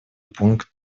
пункт